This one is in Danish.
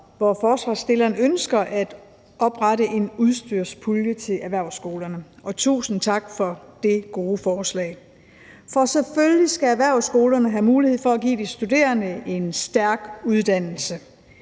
hvor forslagsstillerne ønsker at oprette en udstyrspulje til erhvervsskolerne – og tusind tak for det gode forslag. For selvfølgelig skal erhvervsskolerne have mulighed for at give de studerende en stærk uddannelse,